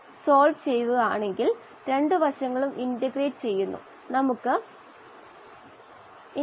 അതിനാൽ ഈ ഗ്രാഫ് ഒരു നേർരേഖയായി നില്ക്കുന്നു തുടർന്ന് ഈ സ്ലോപ് എടുത്തു അങ്ങനെയാണ് kLa കണ്ടെത്തുന്നത്